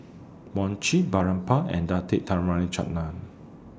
Mochi Boribap and Date Tamarind Chutney